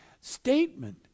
statement